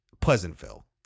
pleasantville